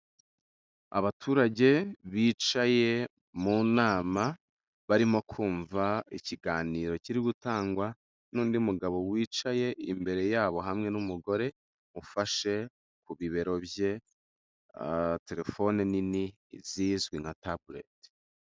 Abaturage bicaye mu nama barimo kumva ikiganiro kiri gutangwa n'undi mugabo wicaye imbere yabo hamwe n'umugore ufashe ku bibero bye, telefone nini zizwi nka tabuleti.